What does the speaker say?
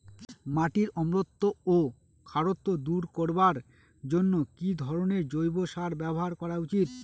মাটির অম্লত্ব ও খারত্ব দূর করবার জন্য কি ধরণের জৈব সার ব্যাবহার করা উচিৎ?